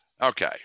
Okay